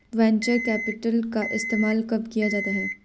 Venture capital का इस्तेमाल कब किया जाता है?